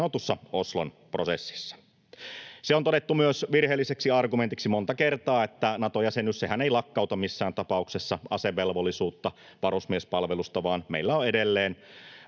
sanotussa Oslon prosessissa. Myös se on todettu virheelliseksi argumentiksi monta kertaa, että Nato-jäsenyys lakkauttaisi asevelvollisuuden. Se ei missään tapauksessa lakkauttaisi asevelvollisuutta, varusmiespalvelusta, vaan meillä on edelleen